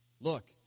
Look